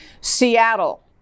seattle